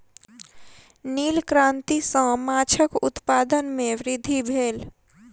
नील क्रांति सॅ माछक उत्पादन में वृद्धि भेल